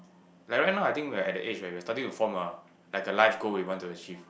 like right now I think we're at the age where we're starting to form a like a life goal we want to achieve